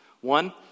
One